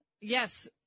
Yes